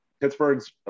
Pittsburgh's